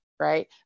right